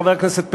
חבר הכנסת פרץ,